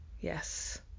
yes